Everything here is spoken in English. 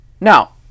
Now